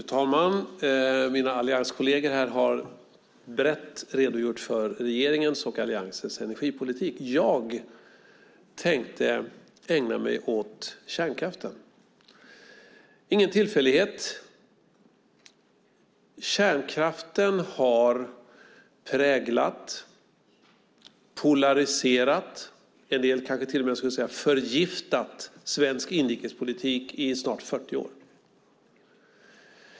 Fru talman! Mina allianskolleger har brett redogjort för regeringens och Alliansens energipolitik. Jag tänkte ägna mig åt kärnkraften. Det är ingen tillfällighet. Kärnkraften har präglat, polariserat och förgiftat, skulle kanske en del till och med säga, svensk inrikespolitik i snart 40 år.